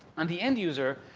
and the end user,